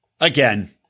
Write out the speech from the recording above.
again